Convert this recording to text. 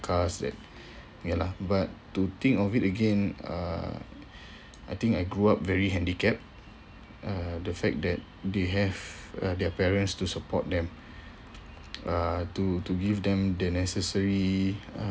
cars that ya lah but to think of it again uh I think I grew up very handicapped uh the fact that they have uh their parents to support them uh to to give them the necessary uh